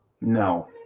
No